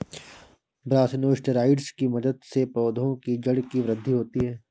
brassinosteroids की मदद से पौधों की जड़ की वृद्धि होती है